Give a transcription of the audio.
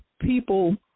people